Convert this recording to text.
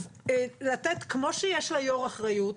אז לתת, כמו שיש ליו"ר אחריות.